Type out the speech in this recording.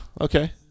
Okay